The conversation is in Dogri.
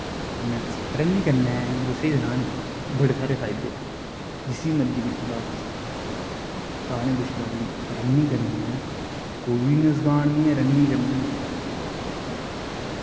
रनिंग करने नै स्हेई सनां नी बड़े सारे फायदे न जिसी मर्जी पुच्छी लैओ सारें गी पुच्छी लैओ कि रनिंग कन्नै कोई नुकसान निं ऐ रनिंग कन्नै